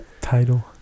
title